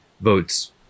votes